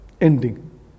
ending